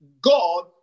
God